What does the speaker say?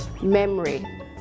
memory